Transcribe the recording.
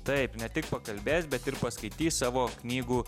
taip ne tik pakalbės bet ir paskaitys savo knygų